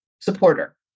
supporter